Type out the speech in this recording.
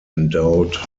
endowed